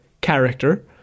character